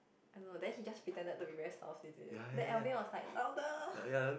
I don't know then he just pretended to be very soft is it then Alvin was like louder